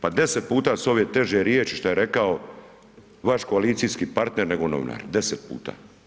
Pa 10 puta su ove teže riječi što je rekao vaš koalicijski partner nego novinar, 10 puta.